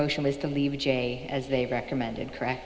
motion is to leave a j as they recommended correct